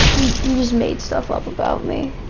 he just made stuff up about me,